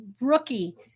rookie